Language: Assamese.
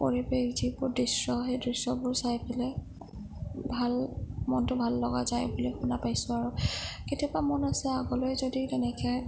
পৰিৱেশ যিবোৰ দৃশ্য সেই দৃশ্যবোৰ চাই পেলাই ভাল মনটো ভাল লগা যায় বুলি শুনা পাইছোঁ আৰু কেতিয়াবা মন আৰু আছে আগলৈ যদি তেনেকৈ